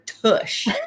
tush